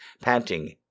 panting